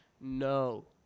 No